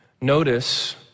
Notice